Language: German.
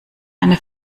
eine